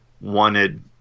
wanted